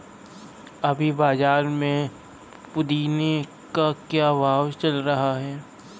अभी बाज़ार में पुदीने का क्या भाव चल रहा है